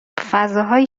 فضاهایی